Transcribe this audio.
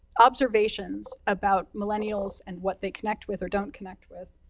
observations about millennials and what they connect with, or don't connect with.